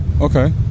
Okay